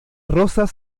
rosas